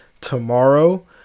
tomorrow